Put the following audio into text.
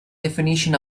definition